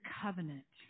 covenant